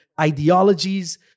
ideologies